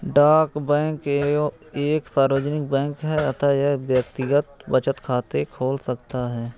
डाक बैंक एक सार्वजनिक बैंक है अतः यह व्यक्तिगत बचत खाते खोल सकता है